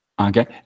Okay